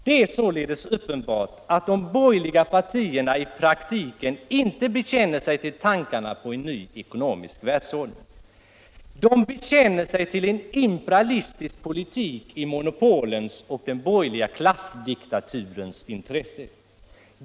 Det är således uppenbart att de borgerliga partierna i praktiken inte bekänner sig till tankarna på en ny ekonomisk världsordning. De bekänner sig till en imperialistisk politik i monopolens och den borgerliga klassdiktaturens intresse.